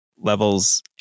levels